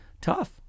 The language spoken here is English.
tough